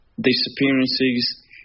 disappearances